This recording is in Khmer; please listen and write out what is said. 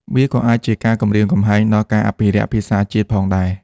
វាក៏អាចជាការគំរាមកំហែងដល់ការអភិរក្សភាសាជាតិផងដែរ។